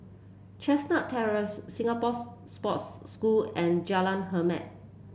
Chestnut Terrace Singapore's Sports School and Jalan Hormat